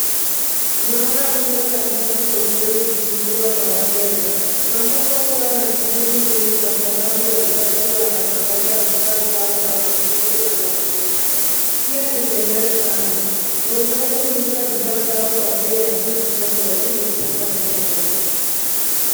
Naona rundo la ndizi sokoni zikiuzwa kwa wateja. Masoko huwa na shughuli nyingi kwa sababu wauzaji wanatangaza bidhaa zao na wanunuzi wanazinunua. Pia ni kelele sana. Wauzaji huuza bidhaa zao kwa bei ya juu kidogo, ili kupata faida.